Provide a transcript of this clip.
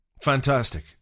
Fantastic